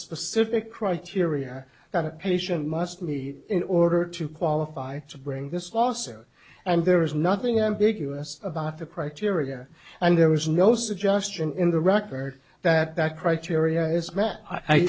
specific criteria that a patient must meet in order to qualify to bring this lawsuit and there is nothing ambiguous about the criteria and there was no suggestion in the record that that criteria is